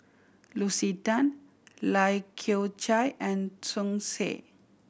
Lucy Tan Lai Kew Chai and Tsung Yeh